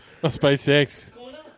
SpaceX